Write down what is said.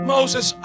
Moses